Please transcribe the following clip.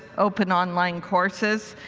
open online courses.